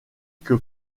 que